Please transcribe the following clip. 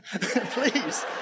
Please